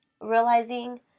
realizing